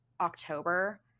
October